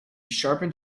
sharpened